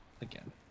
again